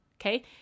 Okay